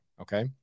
Okay